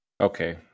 Okay